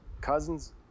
Cousins